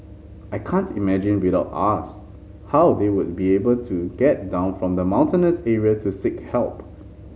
I can't imagine without us how they would be able to get down from the mountainous area to seek help